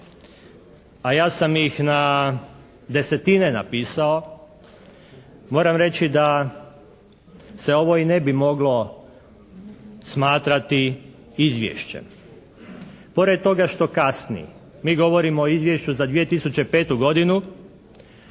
a ja sam ih na desetine napisao moram reći da se ovo i ne bi moglo smatrati izvješćem. Pored toga što kasni mi govorimo o izvješću za 2005. godinu,